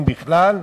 אם בכלל,